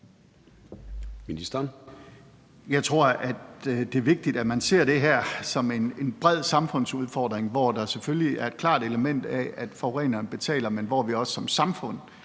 Wammen): Jeg tror, at det er vigtigt, at man ser det her som en bred samfundsudfordring, hvor der selvfølgelig er et klart element af, at forureneren betaler, men hvor vi også som samfund